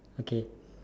okay